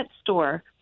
store